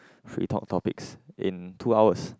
free talk topics in two hours